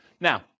Now